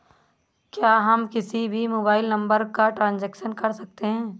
क्या हम किसी भी मोबाइल नंबर का ट्रांजेक्शन कर सकते हैं?